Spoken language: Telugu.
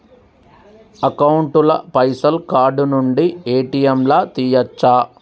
అకౌంట్ ల పైసల్ కార్డ్ నుండి ఏ.టి.ఎమ్ లా తియ్యచ్చా?